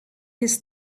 his